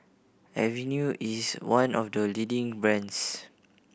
Avene is one of the leading brands